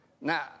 Now